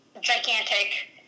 gigantic